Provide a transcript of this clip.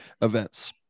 events